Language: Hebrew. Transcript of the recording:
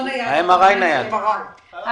אז